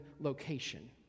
location